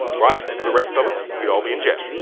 right? for the rest of us, we'd all be in jail.